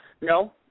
No